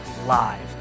live